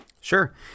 Sure